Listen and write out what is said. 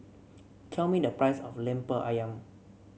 tell me the price of lemper ayam